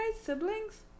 siblings